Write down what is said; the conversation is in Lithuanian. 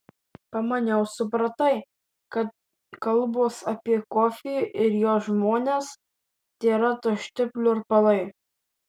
pamaniau supratai kad kalbos apie kofį ir jo žmones tėra tušti pliurpalai